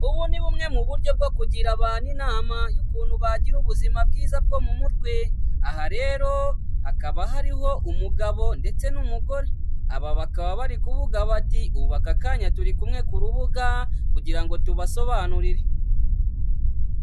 Ubu ni bumwe mu buryo bwo kugira abantu inama y'ukuntu bagira ubuzima bwiza bwo mu mutwe, aha rero hakaba hariho umugabo ndetse n'umugore, aba bakaba bari kuvuga bati "Ubu aka kanya turi kumwe ku rubuga kugira ngo tubasobanurire".